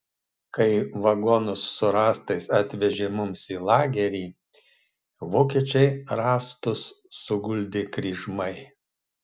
kai vagonus su rąstais atvežė mums į lagerį vokiečiai rąstus suguldė kryžmai